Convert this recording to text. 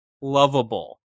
lovable